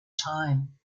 time